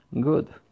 Good